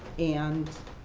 and